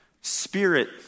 Spirit